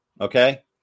Okay